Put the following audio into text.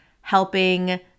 helping